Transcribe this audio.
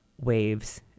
Waves